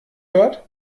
hört